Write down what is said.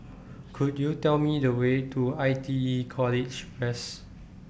Could YOU Tell Me The Way to I T E College West